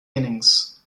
innings